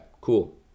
cool